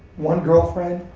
one girlfriend.